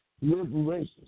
Liberation